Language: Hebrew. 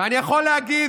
ואני יכול להגיד,